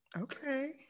Okay